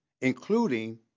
including